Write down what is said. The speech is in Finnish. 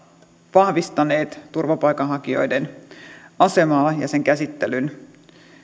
vahvistaneet turvapaikanhakijoiden asemaa ja sen käsittelyn